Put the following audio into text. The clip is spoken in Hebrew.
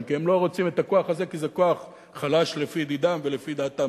וצריך לבנות דירות לדיור ציבורי, ודירות להשכרה,